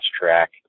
track